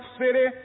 City